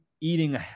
eating